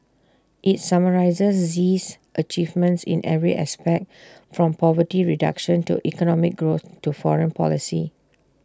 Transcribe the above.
IT summarises Xi's achievements in every aspect from poverty reduction to economic growth to foreign policy